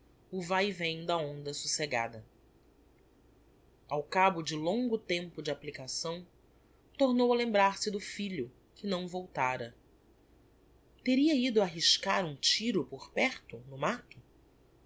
o vae vem da onda socegada ao cabo de longo tempo de applicação tornou a lembrar-se do filho que não voltara teria ido arriscar um tiro por perto no matto